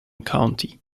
county